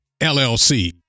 LLC